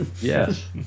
Yes